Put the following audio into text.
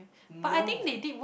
no